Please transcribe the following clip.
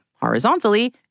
horizontally